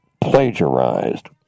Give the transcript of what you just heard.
plagiarized